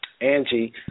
Angie